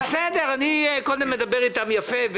בסדר, אני קודם מדבר איתם יפה.